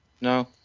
No